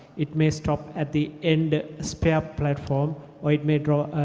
it may stop at the end spare platform or it may drop,